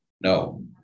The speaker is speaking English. No